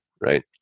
right